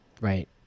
Right